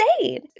insane